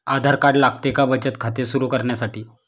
आधार card लागते का बचत खाते सुरू करण्यासाठी?